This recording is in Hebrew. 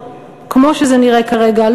כמו שזה נראה כרגע,